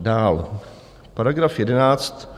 Dál § 11.